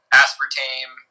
aspartame